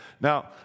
Now